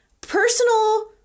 personal